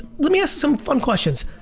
let me ask some fun questions.